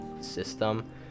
system